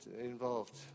involved